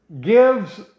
gives